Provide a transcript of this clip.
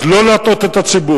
אז לא להטעות את הציבור.